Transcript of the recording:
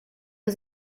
aux